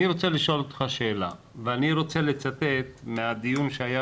אני רוצה לשאול אותך שאלה ואני רוצה לצטט מהדיון שהיה